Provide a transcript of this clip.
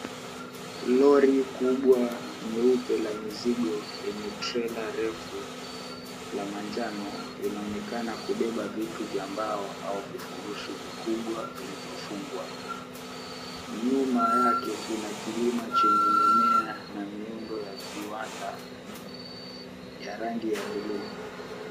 Lori kubwa nyeupe la mizigo, lenye trela refu la manjano, linaonekana kubeba vitu vya mbao au vifurushi vikubwa vilivyofungwa. Nyuma yake kuna kilima chenye mimea na miundo ya viwandani ya rangi ya buluu.